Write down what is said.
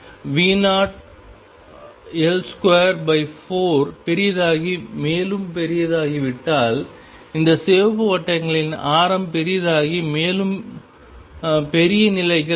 V0L24 பெரியதாகி மேலும் பெரியதாகிவிட்டால் இந்த சிவப்பு வட்டங்களின் ஆரம் பெரிதாகி மேலும் பெரிய நிலைகள் வரும்